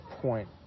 point